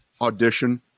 audition